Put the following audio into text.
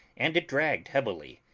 and it dragged heavily,